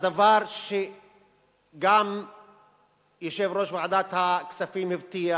הדבר שגם יושב-ראש ועדת הכספים הבטיח,